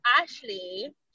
Ashley